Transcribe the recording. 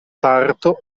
parto